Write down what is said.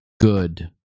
Good